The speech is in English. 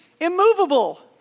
Immovable